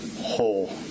whole